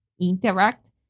interact